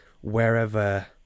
wherever